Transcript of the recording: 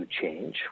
change